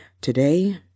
Today